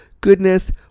goodness